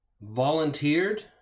volunteered